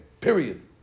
Period